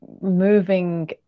moving